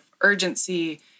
urgency